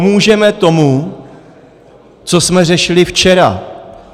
Pomůžeme tomu, co jsme řešili včera.